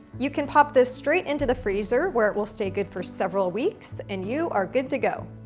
you can pop this straight into the freezer where it will stay good for several weeks, and you are good to go.